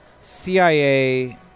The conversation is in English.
cia